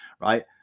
right